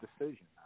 decision